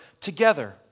together